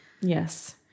Yes